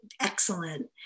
excellent